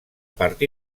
part